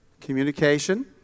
communication